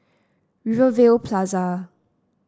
Rivervale Plaza